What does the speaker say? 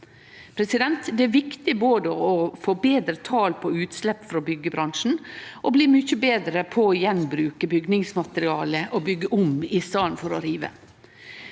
bra. Det er viktig både å få betre tal på utslepp frå byggjebransjen og å bli mykje betre på å gjenbruke bygningsmaterialar og byggje om i staden for å rive.